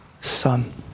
Son